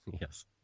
Yes